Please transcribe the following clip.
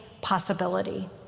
possibility